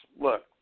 look